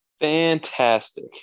Fantastic